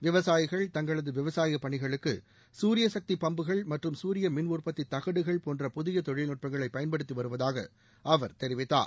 விவசாயிகள் தங்களது விவசாயப் பணிகளுக்கு சூரிய சக்தி பம்புகள் மற்றும் சூரிய மின் உற்பத்தி தகடுகள் போன்ற புதிய தொழில்நுட்பங்களை பயன்படுத்தி வருவதாக அவர் தெரிவித்தார்